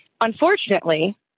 Unfortunately